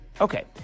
Okay